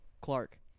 Clark